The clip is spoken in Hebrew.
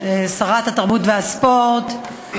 שרת התרבות והספורט,